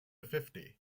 fifty